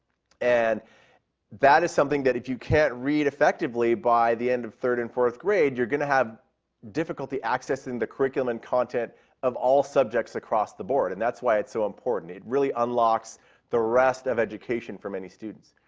and that is something that if you can't read effectively by the end of third and fourth grade, you're going to have difficulty accessing the curriculum and content of all subjects across the board. and that's why it's so important. it really unlocks the rest of education for many students.